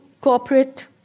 corporate